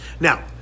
Now